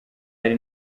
ari